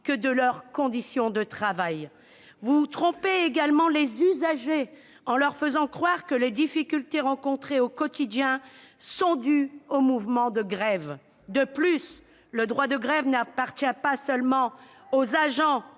que de leurs conditions de travail. Vous trompez également les usagers en leur faisant croire que les difficultés rencontrées au quotidien sont dues aux mouvements de grève. On rêve ! De plus, le droit de grève n'appartient pas seulement aux agents